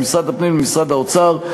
ממשרד הפנים למשרד האוצר,